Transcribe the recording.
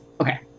okay